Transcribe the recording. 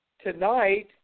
Tonight